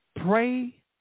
Pray